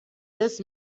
this